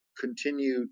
continue